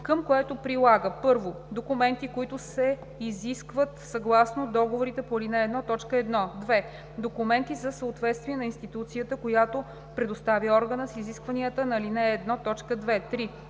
към което прилага: 1. документи, които се изискват съгласно договорите по ал. 1, т. 1; 2. документи за съответствие на институцията, която предоставя органа, с изискванията на ал. 1, т.